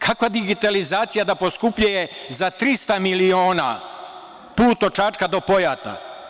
Kakva digitalizacija da poskupljuje za 300 miliona put od Čačka do Pojata?